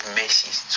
mercies